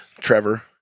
Trevor